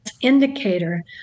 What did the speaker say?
indicator